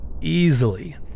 easily